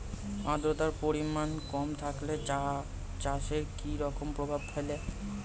আদ্রতার পরিমাণ কম থাকলে চা চাষে কি রকম প্রভাব ফেলে?